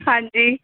ਹਾਂਜੀ